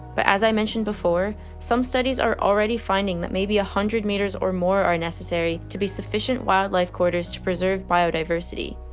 but as i mentioned before some studies are already finding that maybe a hundred meters or more are necessary to be sufficient wildlife corridors to preserve biodiversity.